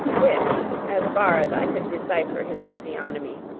which, as far as i could decipher his physiognomy,